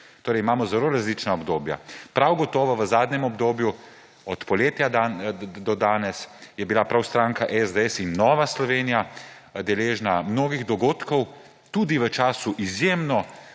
Torej, imamo zelo različna obdobja. Prav gotovo sta bili v zadnjem obdobju od poletja do danes prav stranka SDS in Nova Slovenija deležni mnogih dogodkov, tudi v času izjemno